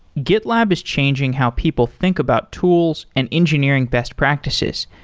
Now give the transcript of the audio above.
gitlab is changing how people think about tools and engineering best practices,